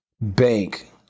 bank